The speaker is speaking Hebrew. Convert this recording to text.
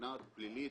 מבחינה פלילית,